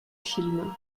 film